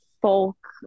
folk